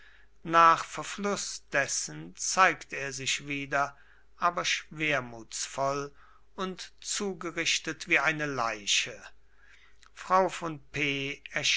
nach verfluß dessen zeigte er sich wieder aber schwermutsvoll und zugerichtet wie eine leiche frau von p